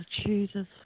Jesus